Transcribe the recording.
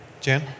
JAN